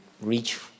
reach